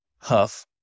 Huff